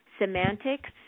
semantics